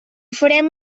farem